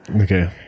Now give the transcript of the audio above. Okay